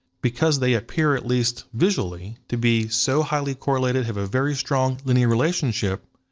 because they appear, at least visually, to be so highly correlated, have a very strong linear relationship,